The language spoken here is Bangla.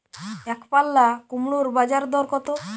একপাল্লা কুমড়োর বাজার দর কত?